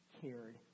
cared